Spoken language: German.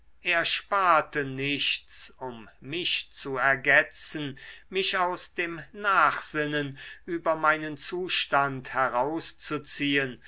er sparte nichts um mich zu ergetzen mich aus dem nachsinnen über meinen zustand herauszuziehen